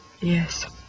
Yes